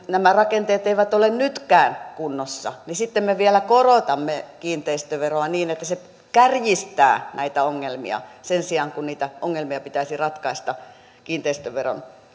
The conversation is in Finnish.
nämä rakenteet eivät ole nytkään kunnossa niin sitten me vielä korotamme kiinteistöveroa niin että se kärjistää näitä ongelmia sen sijaan että niitä ongelmia pitäisi ratkaista kiinteistöveron